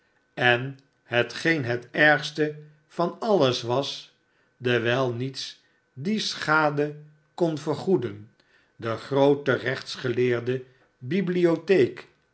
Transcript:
en hetgeen het ergste van alles was dewijl niets die schade kon vergoeden de groote rechtsgeleerde bibliotheek